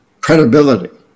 credibility